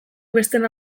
besteen